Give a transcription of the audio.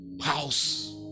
House